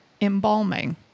embalming